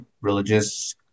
religious